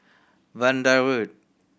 Vanda Road